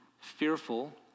fearful